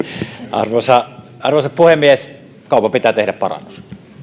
arvoisa arvoisa puhemies kaupan pitää tehdä parannus on